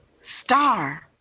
star